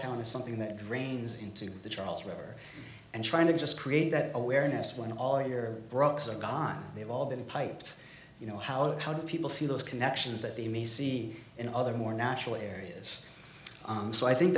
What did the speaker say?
town as something that drains into the charles river and trying to just create that awareness when all your brock's are gone they've all been piped you know how do people see those connections that they me see in other more natural areas on so i think